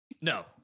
no